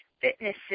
fitness